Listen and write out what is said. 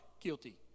Guilty